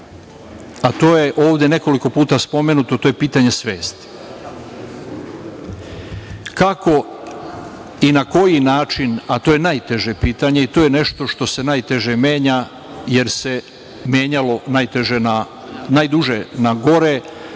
to je ovde nekoliko puta spomenuto, to je pitanje svesti. Kako i na koji način, a to je najteže pitanje i to je nešto što se najteže menja, jer se menjalo najduže na gore,